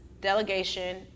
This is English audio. delegation